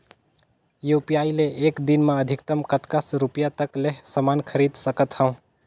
UPI ले एक दिन म अधिकतम कतका रुपिया तक ले समान खरीद सकत हवं?